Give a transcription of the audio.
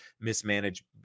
mismanaged